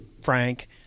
frank